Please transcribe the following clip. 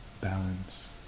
balance